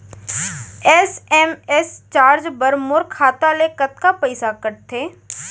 SMS charge बर मोर खाता ले कतका पइसा कटथे?